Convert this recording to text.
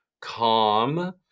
calm